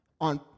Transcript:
on